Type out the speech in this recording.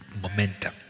Momentum